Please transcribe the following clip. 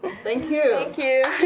thank you